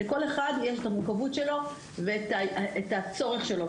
לכל אחד יש את המורכבות שלו ואת הצורך שלו,